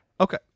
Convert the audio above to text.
Okay